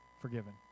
forgiven